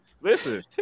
Listen